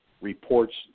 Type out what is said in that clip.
reports